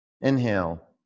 inhale